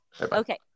Okay